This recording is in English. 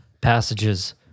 passages